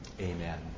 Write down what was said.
Amen